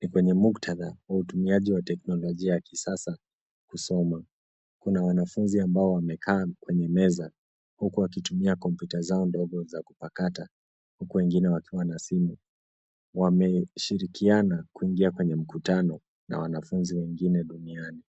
Ni kwenye muktadha, wa utumiaji wa teknolojia ya kisasa, kusoma. Kuna wanafunzi ambao wamekaa kwenye meza, huku wakitumia kompyuta zao ndogo za kupakata, huku wengine wakiwa na simu. Wameshirikiana, kuingia kwenye mkutano, na wanafunzi wengine duniani.